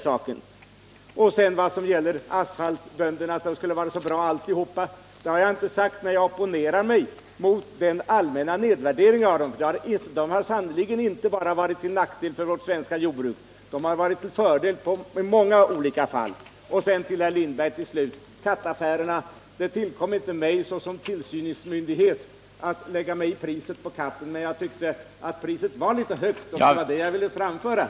Jag har inte sagt att asfaltbönderna skulle vara enbart bra, men jag opponerar mig mot den allmänna nedvärderingen av dem. De har sannerligen inte bara varit till nackdel för vårt svenska jordbruk, utan tvärtom i många fall en fördel. När det gäller kattaffärerna tillkom det inte mig som tillsynsmyndighet att lägga mig i priset på katten, men jag tyckte nog det var väl högt.